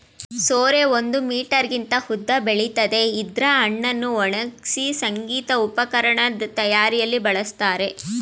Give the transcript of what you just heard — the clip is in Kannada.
ಸೋರೆ ಒಂದು ಮೀಟರ್ಗಿಂತ ಉದ್ದ ಬೆಳಿತದೆ ಇದ್ರ ಹಣ್ಣನ್ನು ಒಣಗ್ಸಿ ಸಂಗೀತ ಉಪಕರಣದ್ ತಯಾರಿಯಲ್ಲಿ ಬಳಸ್ತಾರೆ